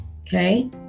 Okay